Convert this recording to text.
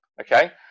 Okay